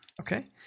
Okay